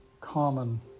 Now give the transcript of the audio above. common